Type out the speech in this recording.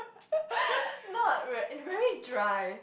not eh very dry